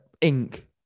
Ink